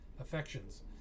affections